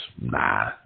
nah